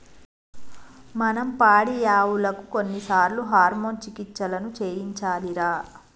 మనం పాడియావులకు కొన్నిసార్లు హార్మోన్ చికిత్సలను చేయించాలిరా